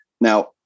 Now